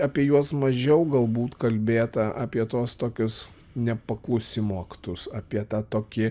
apie juos mažiau galbūt kalbėta apie tuos tokius nepaklusimo aktus apie tą tokį